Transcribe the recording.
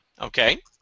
Okay